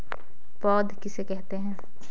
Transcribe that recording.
पौध किसे कहते हैं?